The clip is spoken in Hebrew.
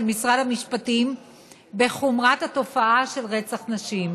משרד המשפטים בחומרת התופעה של רצח נשים.